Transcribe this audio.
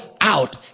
out